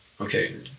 Okay